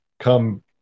Come